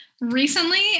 recently